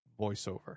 voiceover